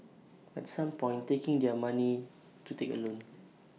at some point taking their money to take A loan